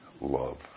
love